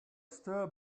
still